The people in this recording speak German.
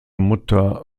mutter